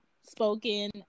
spoken